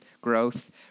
growth